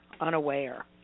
unaware